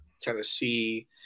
Tennessee